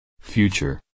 Future